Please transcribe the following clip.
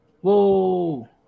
Whoa